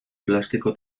plástico